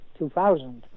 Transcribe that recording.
2000